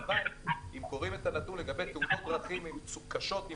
אבל אם קוראים את הנתון לגבי תאונות דרכים קשות עם